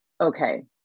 okay